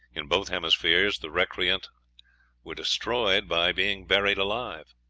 in both hemispheres the recreant were destroyed by being buried alive.